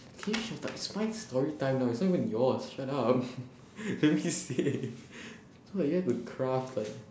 can you shut up it's my storytime now it's not even yours shut up let me say so you have to craft a